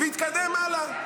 והתקדם הלאה.